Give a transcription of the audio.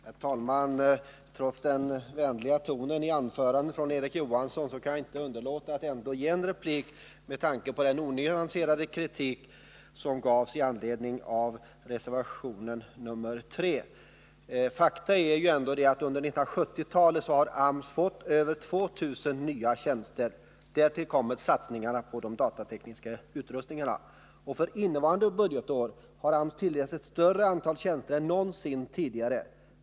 Herr talman! Trots den vänliga tonen i Erik Johanssons anförande kan jag inte underlåta att replikera honom med tanke på den onyanserade kritik han framförde i anledning av reservation nr 3. Faktum är att AMS under 1970-talet har fått över 2000 nya tjänster. Därtill kommer satsningen på de datatekniska utrustningarna. För innevarande budgetår har AMS tilldelats ett större antal tjänster än någonsin tidigare.